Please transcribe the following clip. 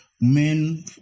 Men